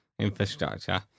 infrastructure